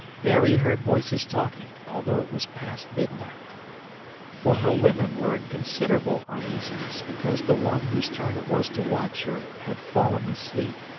there he heard voices talking, although it was past midnight for her women were in considerable uneasiness, because the one whose turn it was to watch her had fallen asleep,